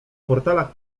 portalach